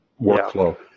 workflow